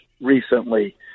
recently